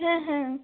হ্যাঁ হ্যাঁ